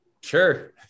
Sure